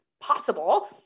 possible